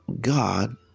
God